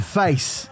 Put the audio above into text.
face